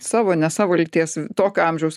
savo ne savo lyties tokio amžiaus